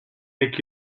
make